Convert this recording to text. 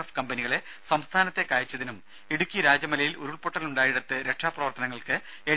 F കമ്പനികളെ സംസ്ഥാനത്തേക്ക് അയച്ചതിനും ഇടുക്കി രാജമലയിൽ ഉരുൾപ്പൊട്ടലുണ്ടായിടത്ത് രക്ഷാപ്രവർത്തനങ്ങൾക്ക് എൻ